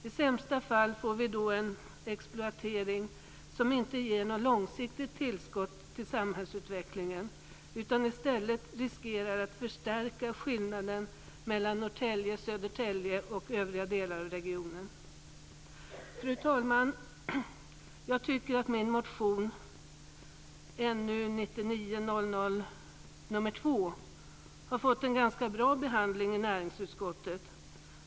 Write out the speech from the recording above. I sämsta fall får vi då en exploatering som inte ger något långsiktigt tillskott till samhällsutvecklingen, utan i stället riskerar att förstärka skillnaderna mellan Norrtälje, Södertälje och övriga delar av regionen. Fru talman! Jag tycker att min motion, 1999/2000:NU2, har fått en ganska bra behandling i näringsutskottet.